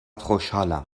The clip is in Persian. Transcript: خوشحالم